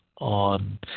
on